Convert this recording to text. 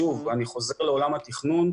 שוב, אני חוזר לעולם התכנון.